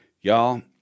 Y'all